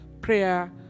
prayer